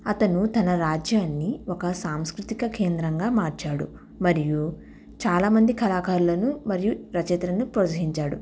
అతను తన రాజ్యాన్ని ఒక సాంస్కృతిక కేంద్రంగా మార్చాడు మరియు చాలామంది కళాకారులను మరియు రచయితలను ప్రోత్సహించాడు